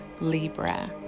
Libra